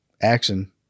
action